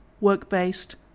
work-based